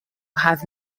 have